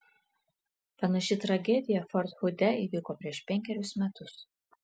panaši tragedija fort hude įvyko prieš penkerius metus